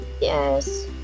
Yes